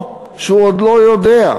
או שהוא עוד לא יודע.